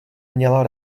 měla